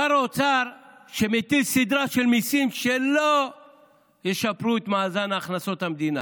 שר האוצר מטיל סדרה של מיסים שלא ישפרו את מאזן הכנסות המדינה,